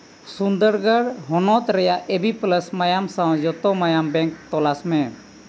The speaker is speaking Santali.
ᱥᱩᱱᱫᱚᱨᱜᱚᱲ ᱦᱚᱱᱚᱛ ᱨᱮᱭᱟᱜ ᱮ ᱵᱤ ᱯᱞᱟᱥ ᱢᱟᱭᱟᱢ ᱥᱟᱶ ᱡᱚᱛᱚ ᱢᱟᱭᱟᱢ ᱵᱮᱝᱠ ᱛᱚᱞᱟᱥ ᱢᱮ